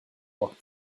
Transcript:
walk